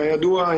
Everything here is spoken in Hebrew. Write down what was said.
כידוע,